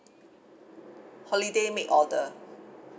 holiday make order